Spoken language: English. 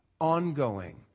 Ongoing